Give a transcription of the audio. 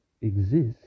exist